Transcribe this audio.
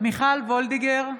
מיכל וולדיגר,